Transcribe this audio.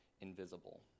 invisible